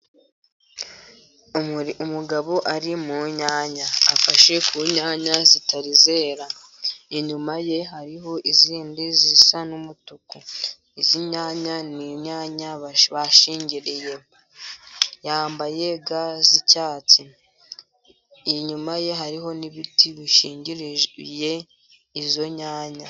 Umugabo ari mu nyanya afashe ku nyanya zitari zera inyuma ye hariho izindi zisa n'umutuku, izi nyanya ni inyanya bashingiriye yambaye ga z'icyatsi inyuma ye hariho n'ibiti bishingiye izo nyanya.